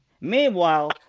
Meanwhile